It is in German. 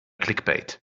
clickbait